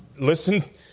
listen